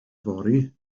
fory